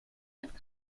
mit